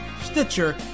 Stitcher